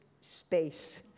space